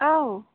औ